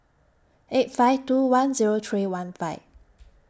eight five two one Zero three one five